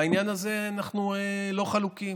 בעניין הזה אנחנו לא חלוקים.